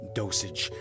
dosage